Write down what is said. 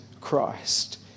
christ